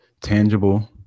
tangible